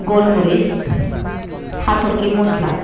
गल मुरिस हाथरखि मस्ला